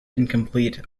incomplete